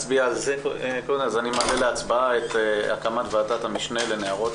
אני מעלה להצבעה הקמת ועדת המשנה לנערות